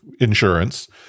insurance